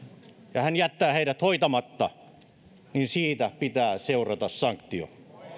ja hän jättää heidät hoitamatta niin siitä pitää seurata sanktio